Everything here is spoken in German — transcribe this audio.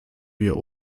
wir